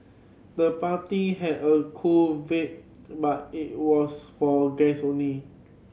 the party had a cool vibe but it was for guests only